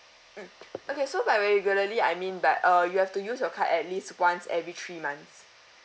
mm okay so by regularly I mean but uh you have to use your card at least once every three months